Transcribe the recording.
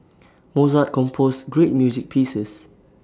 Mozart composed great music pieces